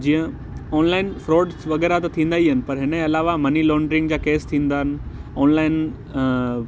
जीअं online fraud वगै़रह त थींदा ई आहिनि पर हिनजे अलावा मनी लॉंड्रीग जा केस थींदा आहिनि ऑनलाइन